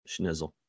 Schnizzle